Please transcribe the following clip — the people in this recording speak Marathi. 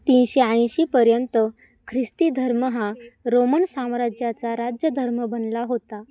तीनशे ऐंशीपर्यंत ख्रिस्ती धर्म हा रोमन साम्राज्याचा राज्य धर्म बनला होता